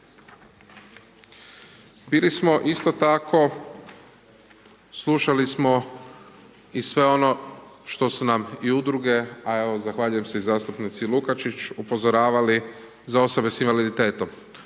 Bili smo isto tako slušali smo i sve ono što su nam i udruge, a evo zahvaljujem se i zastupnici Lukačić upozoravali za osobe s invaliditetom.